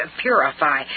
purify